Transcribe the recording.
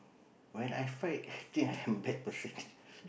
when I fight still I'm bad person